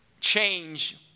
change